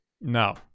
No